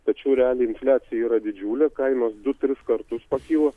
tačiau realiai infliacija yra didžiulė kainos du tris kartus pakylo